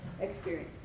experience